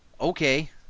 Okay